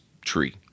Tree